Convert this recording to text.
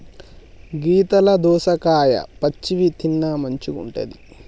గీతల దోసకాయలు పచ్చివి తిన్న మంచిగుంటది